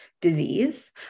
disease